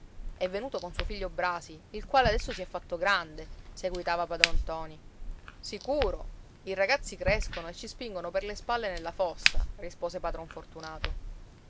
è venuto con suo figlio brasi il quale adesso si è fatto grande seguitava padron ntoni sicuro i ragazzi crescono e ci spingono per le spalle nella fossa rispose padron fortunato